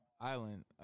Island